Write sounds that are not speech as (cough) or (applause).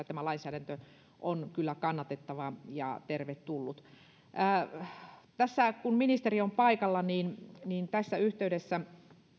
(unintelligible) tämä lainsäädäntö on kyllä kannatettava ja tervetullut kun ministeri on paikalla niin niin tässä yhteydessä